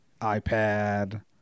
iPad